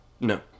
No